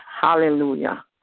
Hallelujah